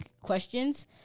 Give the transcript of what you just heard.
questions